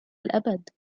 الأبد